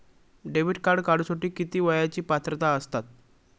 Debit card काढूसाठी किती वयाची पात्रता असतात?